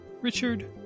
Richard